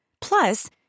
Plus